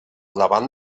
davant